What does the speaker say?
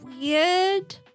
weird